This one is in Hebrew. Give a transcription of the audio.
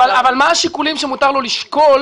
אבל מה השיקולים שמותר לו לשקול